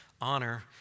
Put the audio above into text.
honor